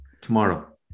tomorrow